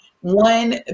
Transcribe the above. One